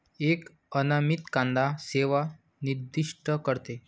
एक अनामित कांदा सेवा निर्दिष्ट करते